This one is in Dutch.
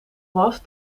was